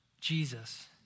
Jesus